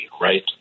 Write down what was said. right